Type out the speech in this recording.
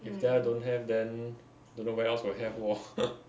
if there don't have then don't know where else will have wor